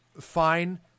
Fine